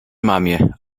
mamie